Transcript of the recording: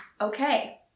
Okay